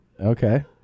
Okay